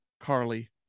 Carly